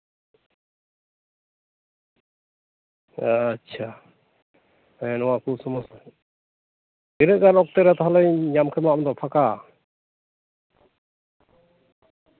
ᱟᱪᱪᱷᱟ ᱦᱮᱸ ᱱᱚᱣᱟ ᱠᱚ ᱥᱚᱢᱚᱥᱥᱟ ᱛᱤᱱᱟᱹᱜ ᱜᱟᱱ ᱚᱠᱛᱮ ᱨᱮ ᱛᱟᱦᱚᱞᱮᱧ ᱧᱟᱢ ᱠᱮᱢᱟ ᱟᱢ ᱫᱚ ᱯᱷᱟᱸᱠᱟ